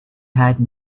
heard